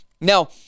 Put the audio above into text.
Now